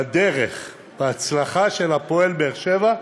בדרך, בהצלחה של הפועל באר שבע,